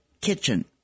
kitchen